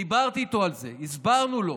דיברתי איתו על זה, הסברנו לו.